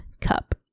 Cup